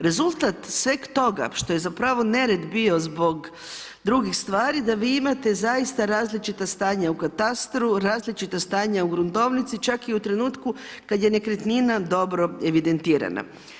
Rezultat sveg toga što je zapravo nered bio zbog drugih stvari da vi imate zaista različita stanja u katastru, različita stanja u gruntovnici čak i u trenutku kad je nekretnina dobro evidentirana.